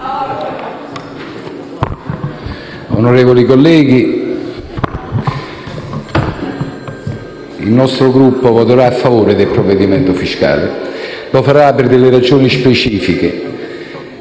onorevoli colleghi, il nostro Gruppo voterà a favore del provvedimento fiscale. Lo farà per delle ragioni specifiche